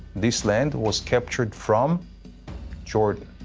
this land was captured from jordan.